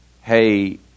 Hey